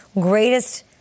greatest –